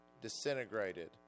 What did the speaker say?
disintegrated